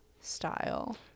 style